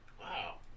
Wow